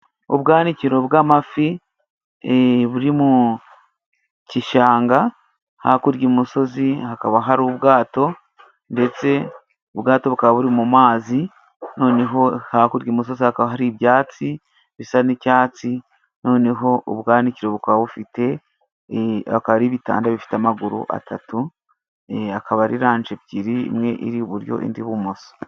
Ubwanikiro bw'amafi buri mu kishanga hakurya imusozi hakaba hari ubwato ndetse ubwato bukaba buri mu mazi, noneho hakurya imusozi hakaba hari ibyatsi bisa n'icyatsi noneho ubwanikiro bukaba bufite akaba ari ibitanda bifite amaguru atatu, akaba ari ranje ebyiri imwe iri iburyo indi ibumoso.